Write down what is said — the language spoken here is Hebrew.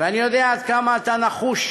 ואני יודע עד כמה אתה נחוש,